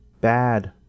bad